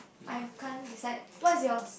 I can't decide what's yours